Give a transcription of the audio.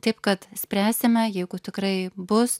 taip kad spręsime jeigu tikrai bus